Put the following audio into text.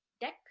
deck